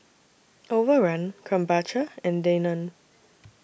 Overrun Krombacher and Danone